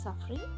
suffering